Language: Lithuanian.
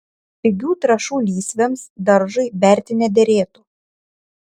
pigių trąšų lysvėms daržui berti nederėtų